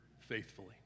faithfully